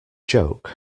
joke